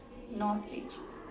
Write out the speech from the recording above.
North beach